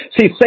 See